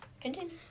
continue